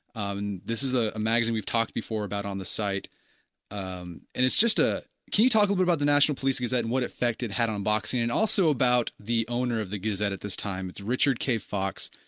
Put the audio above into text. this is ah a magazine we've talked before about on the site um and it's just ah can you talk a little bit about the national police gazette and what affect it had on boxing? and also about the owner of the gazette at this time it's richard k. foxx,